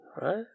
Right